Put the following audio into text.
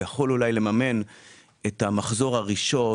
הוא יכול אולי לממן את המחזור הראשון,